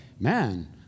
man